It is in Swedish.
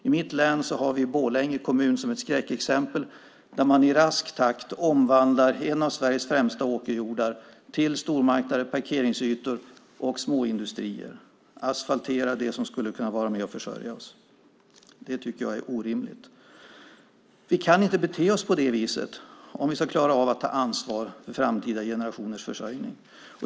I mitt län har vi Borlänge kommun som ett skräckexempel, där man i rask takt omvandlar en av Sveriges främsta åkerjordar till stormarknader, parkeringsytor och småindustrier - man asfalterar det som skulle kunna vara med och försörja oss. Det tycker jag är orimligt. Vi kan inte bete oss på det viset om vi ska klara av att ta ansvar för framtida generationers försörjning.